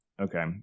Okay